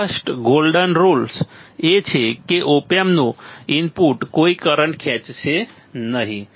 first golden rules એ છે કે ઓપ એમ્પનું ઇનપુટ કોઈ કરંટ ખેંચશે નહીં